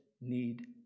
need